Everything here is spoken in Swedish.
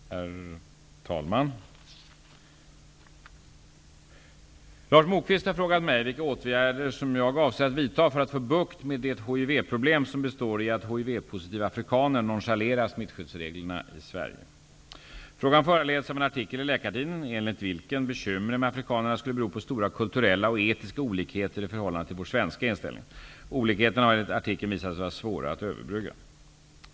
Herr talman! Lars Moquist har frågat mig vilka åtgärder som jag avser att vidta för att få bukt med det hivproblem som består i att hivpositiva afrikaner nonchalerar smittskyddsreglerna i Frågan föranleds av en artikel i Läkartidningen, enligt vilken bekymren med afrikanerna skulle bero på stora kulturella och etiska olikheter i förhållande till vår svenska inställning. Olikheterna har enligt artikeln visat sig vara svåra att överbrygga.